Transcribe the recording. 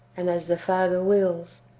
and as the father wills.